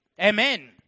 Amen